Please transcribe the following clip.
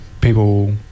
people